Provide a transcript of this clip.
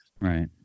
Right